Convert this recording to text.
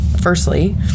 firstly